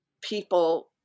people